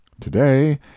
Today